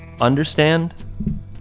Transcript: understand